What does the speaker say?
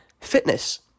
fitness